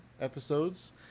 episodes